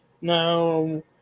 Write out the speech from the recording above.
no